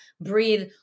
breathe